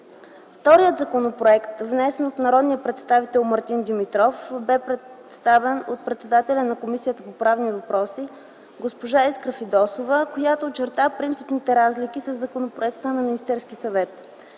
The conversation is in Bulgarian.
Вторият законопроект, внесен от народния представител Мартин Димитров, бе представен от председателя на Комисията по правни въпроси госпожа Искра Фидосова, която очерта принципните разлика със законопроекта на Министерския съвет